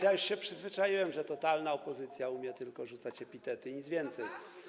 Już się przyzwyczaiłem, że totalna opozycja umie tylko rzucać epitety i nic więcej.